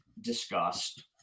discussed